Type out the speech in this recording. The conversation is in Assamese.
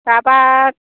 তাৰপা